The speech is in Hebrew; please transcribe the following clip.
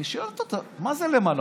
אני שואל אותו: מה זה למעלה?